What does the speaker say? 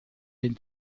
den